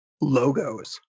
logos